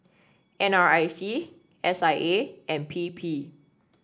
N R I C S I A and P P